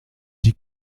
die